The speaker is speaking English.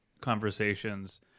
conversations